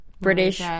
British